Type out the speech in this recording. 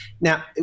Now